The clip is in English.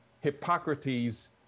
Hippocrates